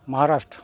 Maharashtra